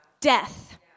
death